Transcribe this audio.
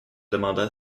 demanda